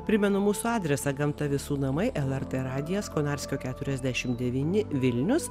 primenu mūsų adresą gamta visų namai lrt radijas konarskio keturiasdešim devyni vilnius